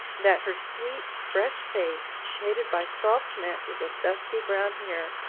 that her sweet fresh face, shaded by soft masses of dusky brown hair,